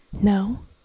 No